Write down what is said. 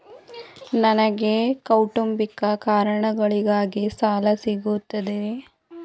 ನನಗೆ ಕೌಟುಂಬಿಕ ಕಾರಣಗಳಿಗಾಗಿ ಸಾಲ ಸಿಗುತ್ತದೆಯೇ?